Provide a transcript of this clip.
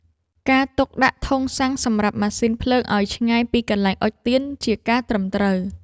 ការទុកដាក់ធុងសាំងសម្រាប់ម៉ាស៊ីនភ្លើងឱ្យឆ្ងាយពីកន្លែងអុជទៀន ជាការត្រឹមត្រូវ។